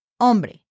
hombre